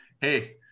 Hey